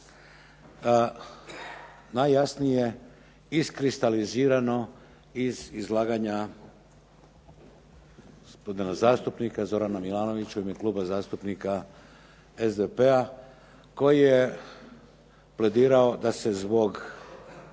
najjasnije iskristalizirano iz izlaganja gospodina zastupnika Zorana Milanovića u ime Kluba zastupnika SDP-a koji je pledirao da se zbog